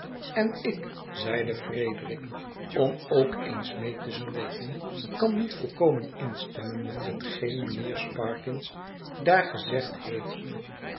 en ik zeide frederik om ook eens mee te spreken kan niet volkomen instemmen met hetgeen mijnheer sparkins daar gezegd heeft